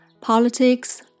politics